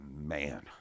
man